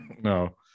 No